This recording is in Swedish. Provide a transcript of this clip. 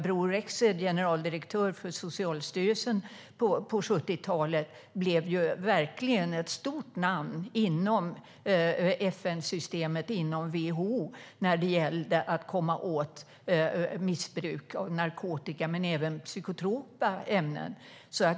Bror Rexed, generaldirektör för Socialstyrelsen på 70-talet, blev ju verkligen ett stort namn inom FN-systemet och WHO när det gällde att komma åt missbruk av narkotika men även av psykotropa ämnen.